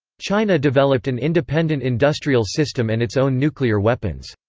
china developed an independent industrial system and its own nuclear weapons.